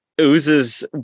oozes